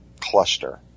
cluster